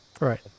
Right